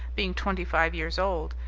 being twenty-five years old,